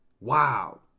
Wow